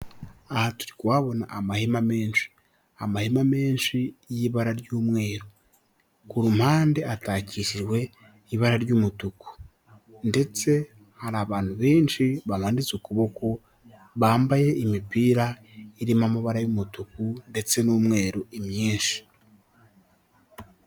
Ahari kuhabona amahema menshi. Amahema menshi y'ibara ry'umweru, ku mpande atakishijwe ibara ry'umutuku, ndetse hari abantu benshi bamanitse ukuboko bambaye imipira irimo amabara y'umutuku ndetse n'umweru imyinshi.